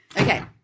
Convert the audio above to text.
Okay